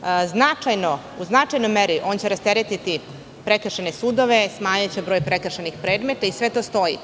strane. U značajnoj meri, on će rasteretiti prekršajne sudove, smanjiće broj prekršajnih predmeta, sve to stoji,